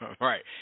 Right